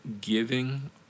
giving